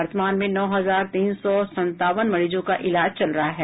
वर्तमान में नौ हजार तीन सौ संतानव मरीजों का इलाज चल रहा है